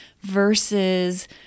versus